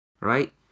right